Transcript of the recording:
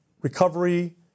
recovery